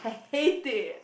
hate it